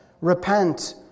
repent